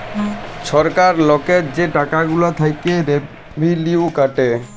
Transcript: ছরকার লকের যে টাকা গুলা থ্যাইকে রেভিলিউ কাটে